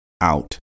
out